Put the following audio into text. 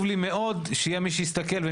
יחד עם זאת חשוב לי מאוד שיהיה מי שיסתכל על